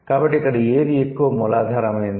కాబట్టి ఇక్కడ ఏది ఎక్కువ మూలాధారమైనది